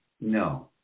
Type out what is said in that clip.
No